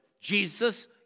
Jesus